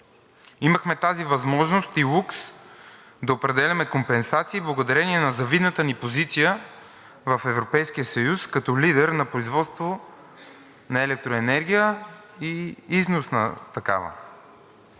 Имахме тази възможност и лукс – да определяме компенсации, благодарение на завидната ни позиция в Европейския съюз като лидер на производство на електроенергия и износ на такава.